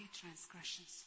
transgressions